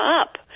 up